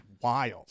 wild